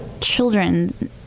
children